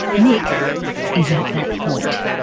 nick is at that point.